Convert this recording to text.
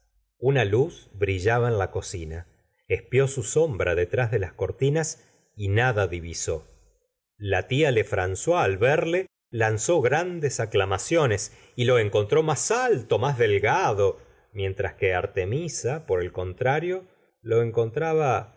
una luz brillaba en la cocina espió su sombra detrás de las cortinas y nada divisó la tia lefran c ois al verle lanzó grandes acla maciones y lo encontró más alto y más delgado mientras que artemisa por el contrario lo encontraba